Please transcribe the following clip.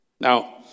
Now